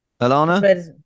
Alana